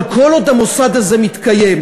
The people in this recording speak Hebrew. אבל כל עוד המוסד הזה מתקיים,